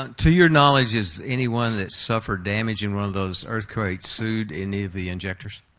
to your knowledge, has anyone that suffered damage in one of those earthquakes sued any of the injectors?